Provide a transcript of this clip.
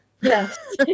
Yes